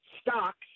stocks